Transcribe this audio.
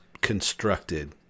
constructed